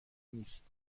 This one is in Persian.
نیست